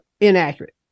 inaccurate